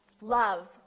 Love